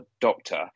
doctor